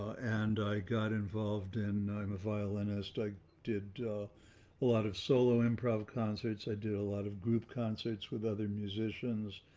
and i got involved in i'm a violinist, i did a lot of solo improv concerts, i did a lot of group concerts with other musicians,